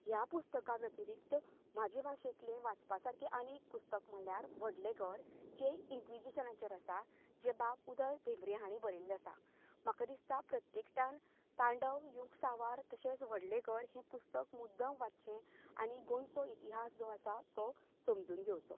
ह्या पुस्तका व्यतरिक्त म्हाजें भाशेंतले वाचपा सारकें आनी एक पुस्तक म्हणल्यार व्हडलें घर जे इन्क्विजिशनाचेर आसा जे बाब उदय भेंब्रे हांणी बरयल्लें आसा म्हाका दिसता प्रत्येकट्यान तांडव युग सांवार तशेंच व्हडलें घर ही पुस्तक मुद्दाम वाच्चें आनी गोंयचो इतिहास जो आसा तो समजून घेवचो